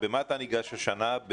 במה אתה ניגש השנה?